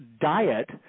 diet